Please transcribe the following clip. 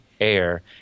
air